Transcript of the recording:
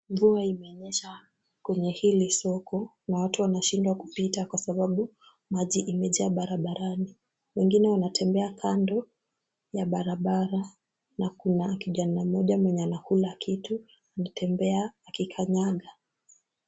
Mvua imenyesha kwenye hili soko na watu wanashindwa kupita kwa sababu maji imejaa barabarani, wengine wanatembea kando ya barabara na kuna kijana mmoja mwenye anakula kitu akitembea akikanyanga.